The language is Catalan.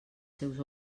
seus